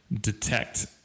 detect